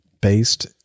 based